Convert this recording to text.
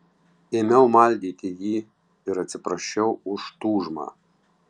ėmiau maldyti jį ir atsiprašiau už tūžmą